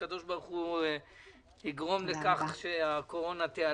הקדוש ברוך הוא יגרום לכך שהקורונה תיעלם.